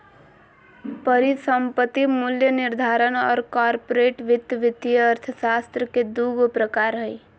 परिसंपत्ति मूल्य निर्धारण और कॉर्पोरेट वित्त वित्तीय अर्थशास्त्र के दू गो प्रकार हइ